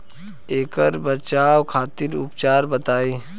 ऐकर बचाव खातिर उपचार बताई?